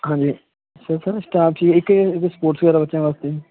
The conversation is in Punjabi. ਹਾਂਜੀ ਸਰ ਸਰ ਸਟਾਫ ਕੀ ਏ ਇੱਥੇ ਸਪੋਰਟਸ ਵਗੈਰਾ ਬੱਚਿਆਂ ਵਾਸਤੇ